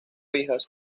hijas